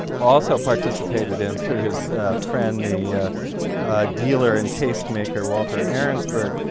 also participated in through his friend, the dealer and taste maker walter arensberg